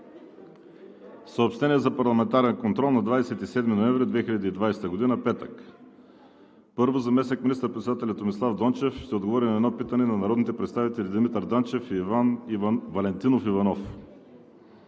Съобщение за парламентарен контрол на 27 ноември 2020 г., петък: 1. Заместник-министър председателят Томислав Дончев ще отговори на едно питане на народните представители Димитър Данчев и Иван Валентинов Иванов.